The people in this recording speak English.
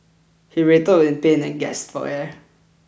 he writhed in pain and gasped for air